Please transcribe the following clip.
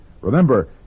Remember